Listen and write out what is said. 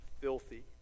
filthy